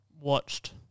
watched